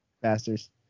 bastards